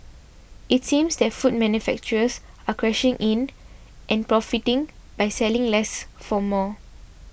it seems that food manufacturers are cashing in and profiting by selling less for more